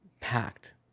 packed